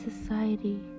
society